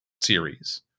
series